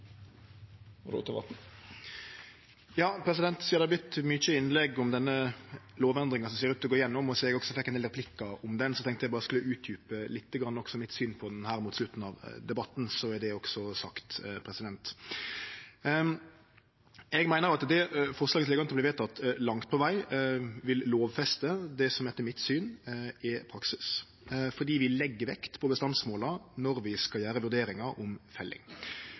har vore mange innlegg om denne lovendringa som ser ut til å gå igjennom, og som eg også fekk ein del replikkar om, tenkte eg at eg skulle utdjupe litt synet mitt på det mot slutten av debatten – så er det også sagt. Eg meiner at det forslaget som ligg an til å verte vedteke, langt på veg vil lovfeste det som etter mitt syn er praksis, fordi vi legg vekt på bestandsmåla når vi skal gjere vurderingar om felling.